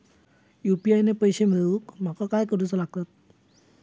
UPI ने पैशे मिळवूक माका काय करूचा लागात?